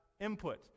input